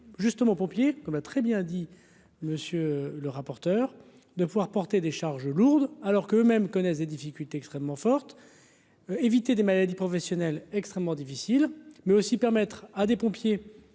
justement pompiers comme a très bien dit monsieur le rapporteur, de pouvoir porter des charges lourdes, alors que même connaissent des difficultés, extrêmement fortes, éviter des maladies professionnelles extrêmement difficile, mais aussi permettre à des pompiers,